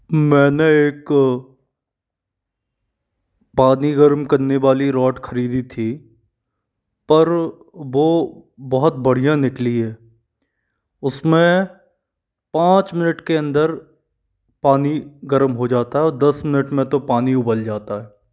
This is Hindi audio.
मैंने एक पानी गर्म करने वाली रोड ख़रीदी थी पर वह बहुत बढ़िया निकली है उसमें पाँच मिनट के अंदर पानी गर्म हो जाता है और दस मिनट में तो पानी उबल जाता है